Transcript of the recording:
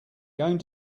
going